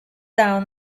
down